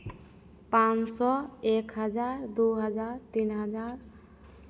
पाँच सौ एक हज़ार दो हज़ार तीन हज़ार